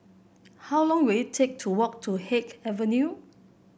how long will it take to walk to Haig Avenue